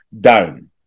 down